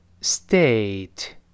state